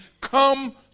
come